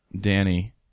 Danny